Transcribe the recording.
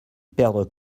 perdre